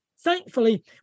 Thankfully